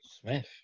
Smith